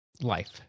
life